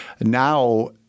Now